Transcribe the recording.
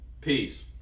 Peace